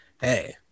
Hey